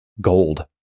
gold